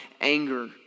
anger